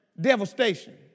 Devastation